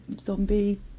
zombie